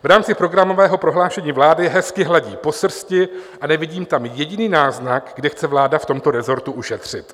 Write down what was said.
V rámci programového prohlášení vlády hezky hladí po srsti a nevidím tam jediný náznak, kde chce vláda v tomto resortu ušetřit.